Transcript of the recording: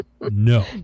no